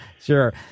Sure